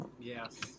Yes